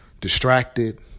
distracted